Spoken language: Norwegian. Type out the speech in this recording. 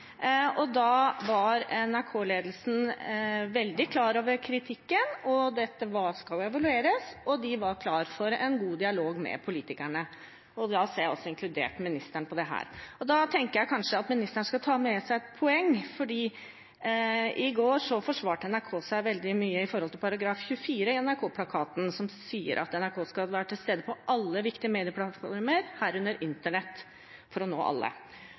Da var NRK-ledelsen veldig klar over kritikken, dette skulle evalueres, og de var klar for en god dialog med politikerne, og jeg ser de har inkludert statsråden. Da tenker jeg statsråden kanskje skal ta med seg et poeng, for i går forsvarte NRK seg mye med hensyn til § 24 i NRK-plakaten, som sier at NRK skal være til stede på alle viktige medieplattformer, herunder internett, for å nå alle.